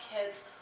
kids